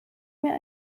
mir